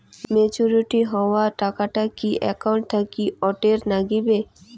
Matured হওয়া টাকাটা কি একাউন্ট থাকি অটের নাগিবে?